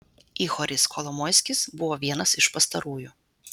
ihoris kolomoiskis buvo vienas iš pastarųjų